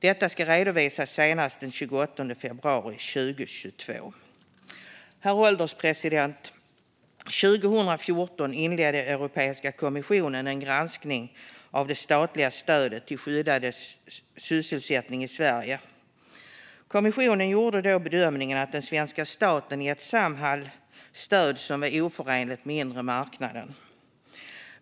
Detta ska redovisas senast den 28 februari 2022. Herr ålderspresident! År 2014 inledde Europeiska kommissionen en granskning av det statliga stödet till skyddad sysselsättning i Sverige. Kommissionen gjorde då bedömningen att den svenska staten gett Samhall stöd som var oförenligt med den inre marknaden.